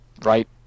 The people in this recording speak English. Right